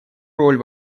роль